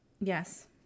Yes